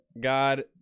God